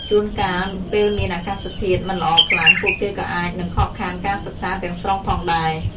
ជួនកាល ពេលមានអាកាសធាតុមិនល្អខ្លាំង ពួកគេក៏អាចនឹងខកខានការសិក្សាទាំងស្រុងផងដែរ។